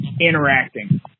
interacting